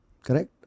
correct